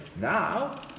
Now